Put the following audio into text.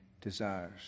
desires